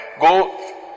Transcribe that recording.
go